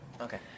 Okay